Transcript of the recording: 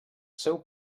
seu